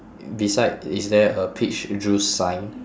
beside is there a peach juice sign